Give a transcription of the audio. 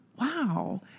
wow